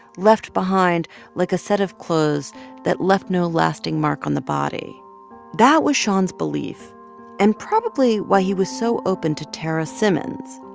left behind like a set of clothes that left no lasting mark on the body that was shon's belief and probably why he was so open to tarra simmons,